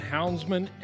Houndsman